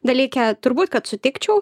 dalyke turbūt kad sutikčiau